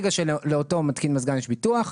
ברגע שלאותו מתקין מזגן יש ביטוח,